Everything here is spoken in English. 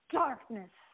darkness